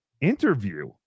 interview